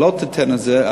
ולא תיתן את זה,